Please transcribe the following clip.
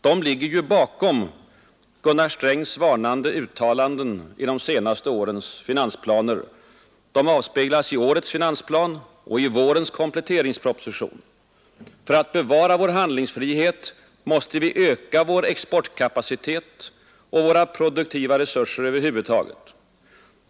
De ligger bakom hans varnande uttalanden i de senaste årens finansplaner. De avspeglas i årets finansplan och i vårens kompletteringsproposition: för att bevara vår handlingsfrihet måste vi öka vår exportkapacitet och våra produktiva resurser över huvud taget.